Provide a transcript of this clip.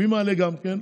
מי מעלה גם כן?